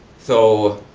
so,